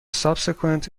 subsequent